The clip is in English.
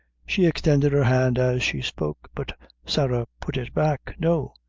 she extended her hand as she spoke, but sarah put it back. no,